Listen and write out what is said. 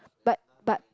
but but